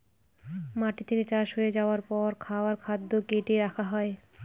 মাটি থেকে চাষ হয়ে যাবার পর খাবার খাদ্য কার্টে রাখা হয়